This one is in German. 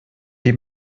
die